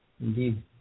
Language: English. indeed